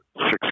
six